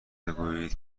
بگویید